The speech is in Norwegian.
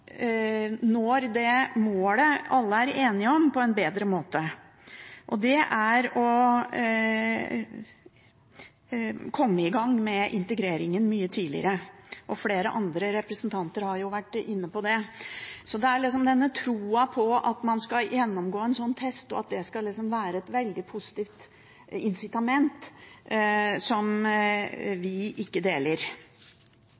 når det målet alle er enige om, på en bedre måte. Det er å komme i gang med integreringen mye tidligere. Flere andre representanter har vært inne på det. Det er denne trua på at man skal gjennomgå en sånn test, og at det liksom skal være et veldig positivt incitament, som vi ikke deler.